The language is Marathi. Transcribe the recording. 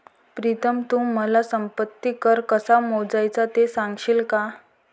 प्रीतम तू मला संपत्ती कर कसा मोजायचा ते सांगशील का?